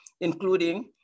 including